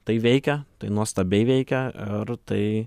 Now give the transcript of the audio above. tai veikia tai nuostabiai veikia ir tai